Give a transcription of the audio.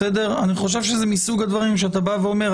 אני חושב שזה מסוג הדברים שאתה אומר,